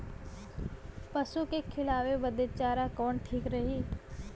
पशु के खिलावे बदे चारा कवन ठीक रही?